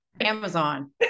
Amazon